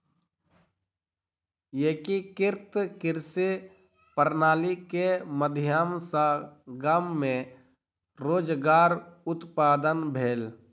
एकीकृत कृषि प्रणाली के माध्यम सॅ गाम मे रोजगार उत्पादन भेल